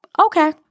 Okay